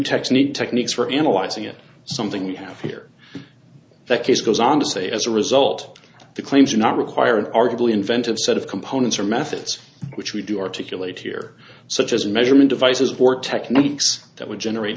technique techniques for analyzing it something we have here that case goes on to say as a result the claims are not required arguably inventive set of components or methods which we do articulate here such as measurement devices or techniques that would generate